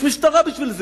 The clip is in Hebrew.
יש משטרה בשביל זה,